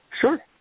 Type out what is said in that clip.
Sure